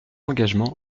engagement